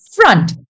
front